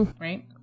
Right